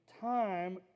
time